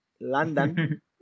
London